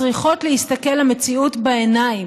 צריכות להסתכל למציאות בעיניים,